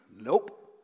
Nope